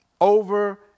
over